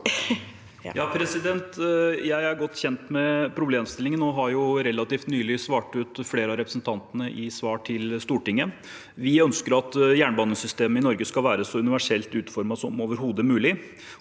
Jeg er godt kjent med problemstillingen og har relativt nylig svart ut flere av representantene i svar til Stortinget. Vi ønsker at jernbanesystemet i Norge skal være så universelt utformet som overhodet mulig,